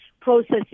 processes